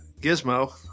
gizmo